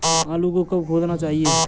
आलू को कब खोदना चाहिए?